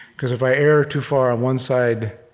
because if i err too far on one side,